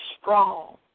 strong